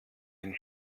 ein